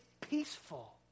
peaceful